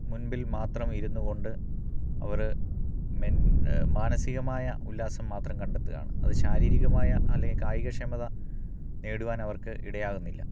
മുൻപിൽ മാത്രം ഇരുന്നു കൊണ്ട് അവർ മെൻ മാനസികമായ ഉല്ലാസം മാത്രം കണ്ടെത്തുകയാണ് അത് ശാരീരികമായ അല്ലെങ്കിൽ കായിക ക്ഷമത നേടുവാനവർക്ക് ഇടയാകുന്നില്ല